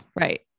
Right